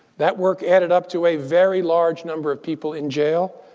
that work added up to a very large number of people in jail,